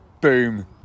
boom